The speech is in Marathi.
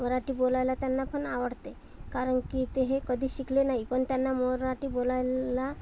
मराठी बोलायला त्यांना पण आवडते कारण की ते हे कधी शिकले नाही पण त्यांना मराठी बोलायला